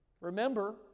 Remember